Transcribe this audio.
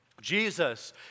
Jesus